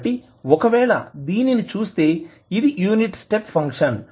కాబట్టి ఒకవేళ దీనిని చూస్తే ఇది యూనిట్ స్టెప్ ఫంక్షన్